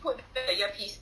put back the ear piece